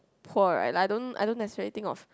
poor right like I don't I don't necessarily think of